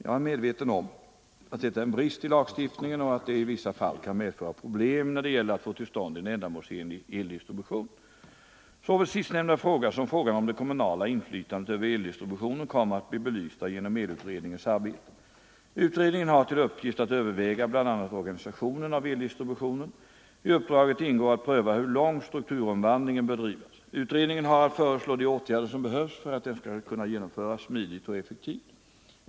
Jag är medveten om att detta är en brist i lagstiftningen och att det i vissa fall kan medföra problem när det gäller att få till stånd en ändamålsenlig eldistribution. Såväl sistnämnda fråga som frågan om det kommunala inflytandet över eldistributionen kommer att bli belyst genom elutredningens arbete. Utredningen har till uppgift att överväga bl.a. organisationen av eldistributionen. I uppdraget ingår att pröva hur långt strukturomvandlingen bör drivas. Utredningen har att föreslå de åtgärder som behövs för att omvandlingen skall kunna genomföras smidigt och effektivt.